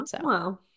Wow